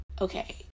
okay